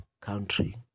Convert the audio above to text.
country